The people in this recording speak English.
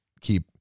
keep